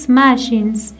machines